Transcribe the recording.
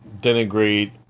denigrate